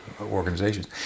organizations